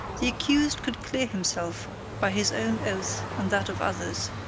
the accused could clear himself by his own oath and that of others,